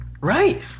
right